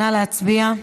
נא להצביע.